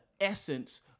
essence